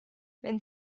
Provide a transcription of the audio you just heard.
wenn